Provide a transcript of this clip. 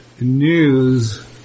news